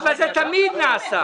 אבל זה תמיד נעשה.